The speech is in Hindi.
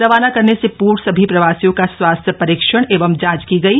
रवाना करने से पूर्व सभी प्रवासियों का स्वास्थ्य परीक्षण एवं जॉच की गयी